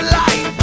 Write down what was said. light